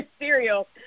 cereal